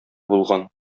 булган